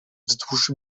wzdłuż